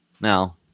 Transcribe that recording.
Now